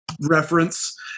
reference